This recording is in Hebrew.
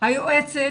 היועצת